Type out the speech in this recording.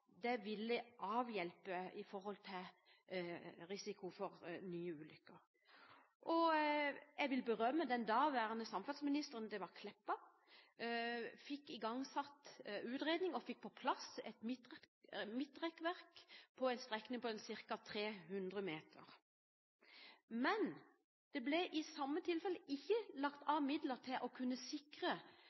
fikk igangsatt utredning, og fikk på plass midtrekkverk på en strekning på ca. 300 meter. Men det ble i samme tilfelle ikke lagt av midler til å kunne sikre